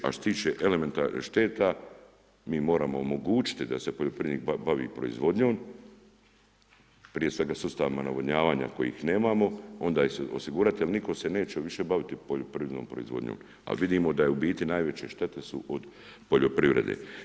A što se tiče elementarnih šteta, mi moramo omogućiti da se poljoprivrednik bavi proizvodnjom, prije svega sustavom navodnjavanja kojih nema, onda osigurat jer nitko se neće više baviti poljoprivrednom proizvodnjom, a vidimo da je u biti najveće štete su od poljoprivrede.